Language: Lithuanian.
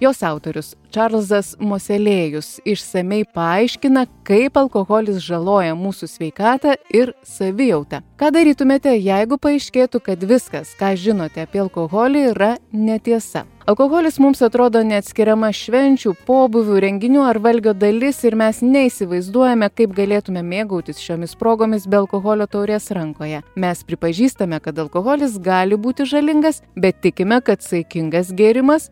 jos autorius čarlzas moselėjus išsamiai paaiškina kaip alkoholis žaloja mūsų sveikatą ir savijautą ką darytumėte jeigu paaiškėtų kad viskas ką žinote apie alkoholį yra netiesa alkoholis mums atrodo neatskiriama švenčių pobūvių renginių ar valgio dalis ir mes neįsivaizduojame kaip galėtume mėgautis šiomis progomis be alkoholio taurės rankoje mes pripažįstame kad alkoholis gali būti žalingas bet tikime kad saikingas gėrimas